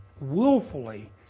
willfully